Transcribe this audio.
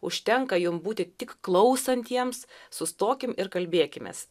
užtenka jum būti tik klausantiems sustokim ir kalbėkimės